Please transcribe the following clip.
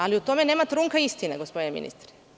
Ali, u tome nema trunke istine, gospodine ministre.